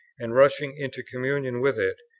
and rushing into communion with it,